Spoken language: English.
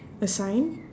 a sign